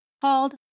called